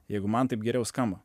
jeigu man taip geriau skamba